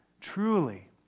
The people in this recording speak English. truly